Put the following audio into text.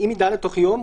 אם היא דנה תוך יום,